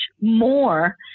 more